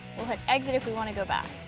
we'll hit exit if we wanna go back.